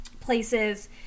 places